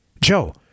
Joe